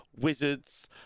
wizards